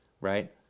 right